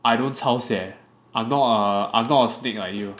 I don't 抄写 I'm not a I'm not a snake like you